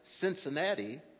Cincinnati